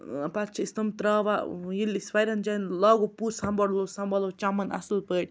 ٲں پَتہٕ چھِ أسۍ تِم ترٛاوان ییٚلہِ أسۍ واریاہَن جایَن لاگو سنٛبھالو سنٛبھالو چَمَن اصٕل پٲٹھۍ